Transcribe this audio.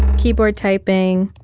keyboard typing.